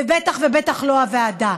ובטח ובטח לא הוועדה.